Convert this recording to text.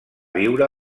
viure